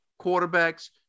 quarterbacks